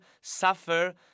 suffer